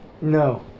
No